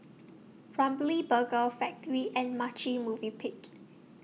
Ramly Burger Factorie and Marche Movenpick